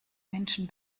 menschen